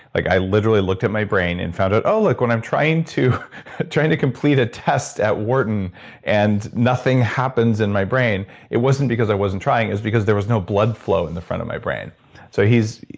like i literally looked at my brain and found out, oh. like when, i'm trying to trying to complete a task at wharton and nothing happens in my brain, it wasn't because i wasn't trying. it's because there was no blood flow in the front of my brain so he's,